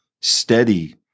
steady